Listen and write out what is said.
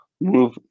move